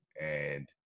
and-